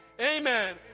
Amen